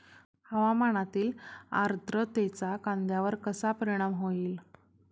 हवामानातील आर्द्रतेचा कांद्यावर कसा परिणाम होईल?